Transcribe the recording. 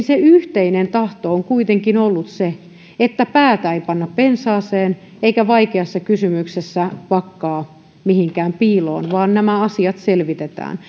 se yhteinen tahto on kuitenkin ollut se että päätä ei panna pensaaseen eikä vaikeassa kysymyksessä vakkaa mihinkään piiloon vaan nämä asiat selvitetään